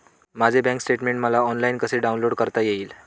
माझे bank statement मला online कसे डाउनलोड करता येईल?